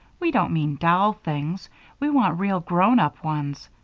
we don't mean doll things we want real, grown-up ones.